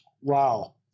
Wow